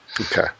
Okay